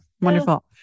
wonderful